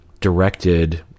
directed